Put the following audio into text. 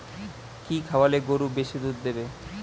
কি খাওয়ালে গরু বেশি দুধ দেবে?